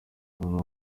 naho